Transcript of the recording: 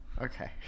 Okay